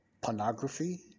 pornography